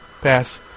pass